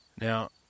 Now